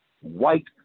white